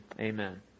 Amen